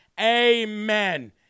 Amen